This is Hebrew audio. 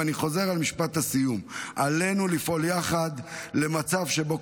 ואני חוזר על משפט הסיום: עלינו לפעול יחד למצב שבו